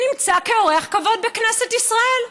נמצא כאורח כבוד בכנסת ישראל.